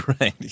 Right